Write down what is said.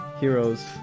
Heroes